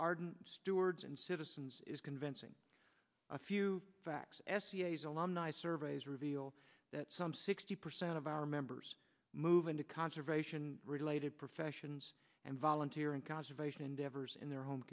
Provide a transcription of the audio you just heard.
ardent stewards and citizens is convincing a few facts stas alumni surveys reveal that some sixty percent of our members move into conservation related professions and volunteer in conservation endeavors in their home